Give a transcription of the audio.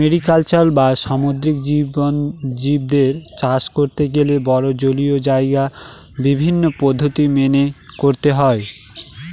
mariculture বা সামুদ্রিক জীবদের চাষ করতে গেলে বড়ো জলীয় জায়গায় বিভিন্ন পদ্ধতি মেনে করতে হয়